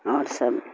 اور سب